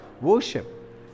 Worship